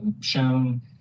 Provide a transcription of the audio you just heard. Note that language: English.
shown